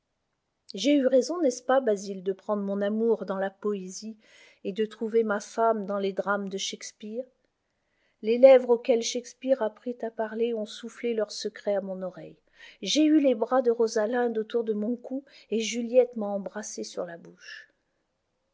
j'ai eu raison n'est-ce pas basil de prendre mon amour dans la poésie et de trouver ma femme dans les drames de shakespeare les lèvres auxquelles shakespeare apprit à parler ont soufflé leur secret à mon oreille j'ai eu les bras de rosalinde autour de mon cou et juliette m'a embrassé sur la bouche